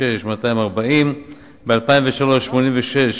76 מיליון ו-240,915 ש"ח,